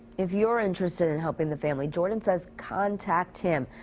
if you're interested in helping the family. jordan says. contact him.